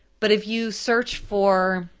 but if you search for